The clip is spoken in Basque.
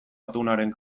atunaren